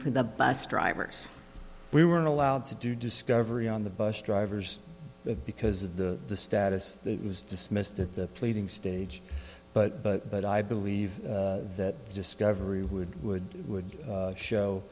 for the bus drivers we weren't allowed to do discovery on the bus drivers because of the the status that was dismissed at the pleading stage but but but i believe that just cover you would would would show